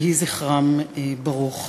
יהי זכרם ברוך.